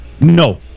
no